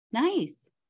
Nice